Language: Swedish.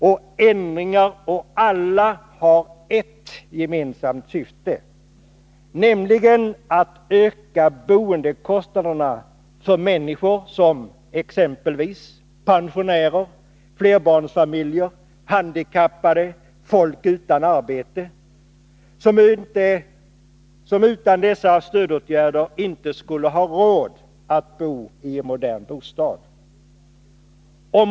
Alla dessa ändringar har ett gemensamt syfte, nämligen att öka boendekostnaderna för människor som exempelvis pensionärer, flerbarnsfamiljer, handikappade, folk utan arbete, som utan stödåtgärder inte skulle ha råd att bo i en modern bostad.